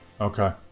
okay